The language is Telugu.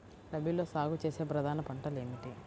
రబీలో సాగు చేసే ప్రధాన పంటలు ఏమిటి?